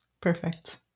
Perfect